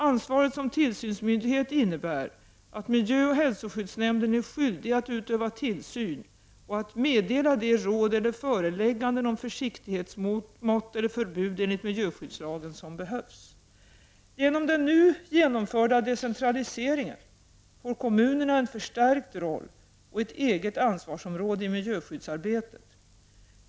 Ansvaret som tillsynsmyndighet innebär att miljöoch hälsoskyddsnämnden är skyldig att utöva tillsyn och att meddela de råd eller föreläggande om försiktighetsmått eller förbud enligt miljöskyddslagen som behövs. Genom den nu genomförda decentraliseringen får kommunerna en förstärkt roll och ett eget ansvarsområde i miljöskyddsarbetet.